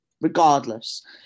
regardless